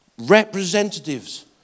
representatives